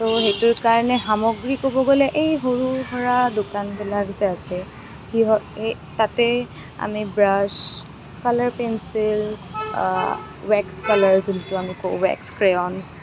তো সেইটোৰ কাৰণে সামগ্ৰী ক'ব গ'লে এই সৰু সুৰা দোকানবিলাক যে আছে সেই তাতে আমি brush colour pencils wax colour যোনটো আমি কওঁ ৱেক্স ক্ৰেয়ন্ছ